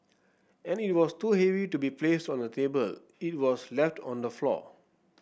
as it was too heavy to be placed on the table it was left on the floor